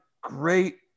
great